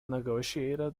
negotiated